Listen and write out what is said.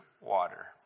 water